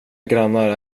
grannar